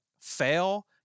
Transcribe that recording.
fail